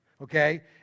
okay